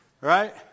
Right